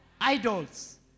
idols